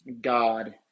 God